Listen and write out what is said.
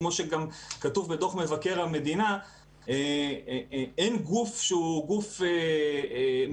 כמו שגם כתוב בדוח מבקר המדינה שאין גוף שהוא גוף מנחה.